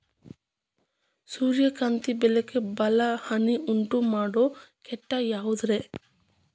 ಸೂರ್ಯಕಾಂತಿ ಬೆಳೆಗೆ ಭಾಳ ಹಾನಿ ಉಂಟು ಮಾಡೋ ಕೇಟ ಯಾವುದ್ರೇ?